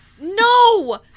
No